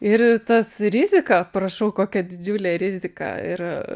ir tas rizika prašau kokia didžiulė rizika ir